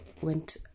went